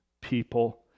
people